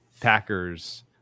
Packers